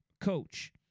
coach